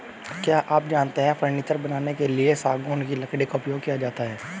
क्या आप जानते है फर्नीचर बनाने के लिए सागौन की लकड़ी का उपयोग किया जाता है